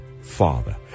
Father